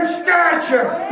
stature